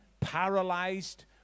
paralyzed